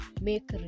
make